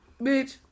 bitch